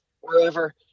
wherever